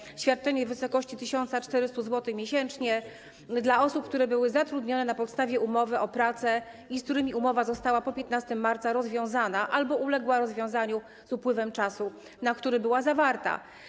Chodzi o świadczenie w wysokości 1400 zł miesięcznie dla osób, które były zatrudnione na podstawie umowy o pracę i z którymi umowa została po 15 marca rozwiązana albo uległa rozwiązaniu z upływem czasu, na który była zawarta.